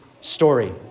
story